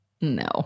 No